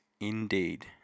indeed